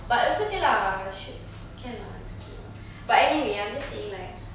but it's okay lah should can lah basically but anyway I'm just saying like